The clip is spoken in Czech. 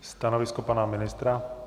Stanovisko pana ministra?